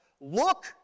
Look